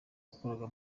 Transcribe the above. wakoraga